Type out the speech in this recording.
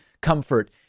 comfort